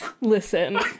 Listen